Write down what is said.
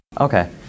Okay